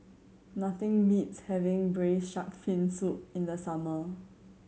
nothing beats having braise shark fin soup in the summer